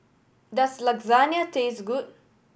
does Lasagna taste good